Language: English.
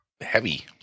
heavy